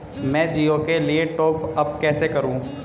मैं जिओ के लिए टॉप अप कैसे करूँ?